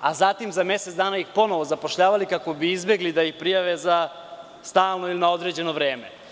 a zatim za mesec dana ih ponovo zapošljavali kako bi izbegli da ih prijave za stalno ili na određeno vreme.